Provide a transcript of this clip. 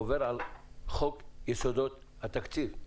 עובר על חוק יסודות התקציב.